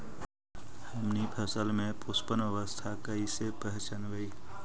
हमनी फसल में पुष्पन अवस्था कईसे पहचनबई?